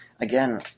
Again